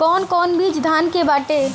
कौन कौन बिज धान के बाटे?